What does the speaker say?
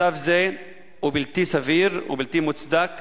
מצב זה הוא בלתי סביר ובלתי מוצדק